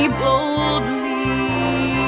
boldly